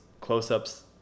close-ups